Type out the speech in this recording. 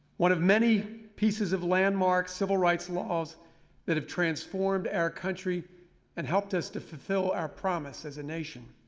one of many pieces of landmark civil rights laws that have transformed our country and helped us to fulfill our promise as a nation.